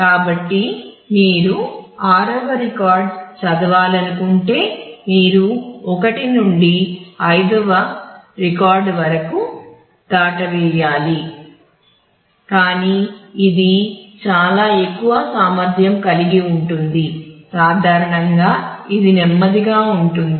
కాబట్టి మీరు 6 వ రికార్డ్ చదవాలనుకుంటే మీరు 1 నుండి 5 వరకు రికార్డును దాటవేయాలి కానీ ఇది చాలా ఎక్కువ సామర్థ్యం కలిగి ఉంటుంది సాధారణంగా ఇది నెమ్మదిగా ఉంటుంది